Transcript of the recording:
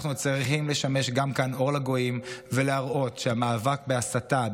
אנחנו צריכים לשמש גם כאן אור לגויים ולהראות שהמאבק בהסתה,